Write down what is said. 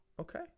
okay